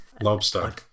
Lobster